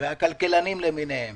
והכלכלנים למיניהם